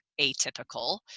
atypical